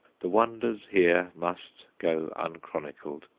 the wonders here must go unchronicled.